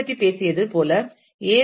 B பற்றி பேசியது போல ஏ